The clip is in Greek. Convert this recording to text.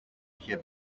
είχε